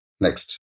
Next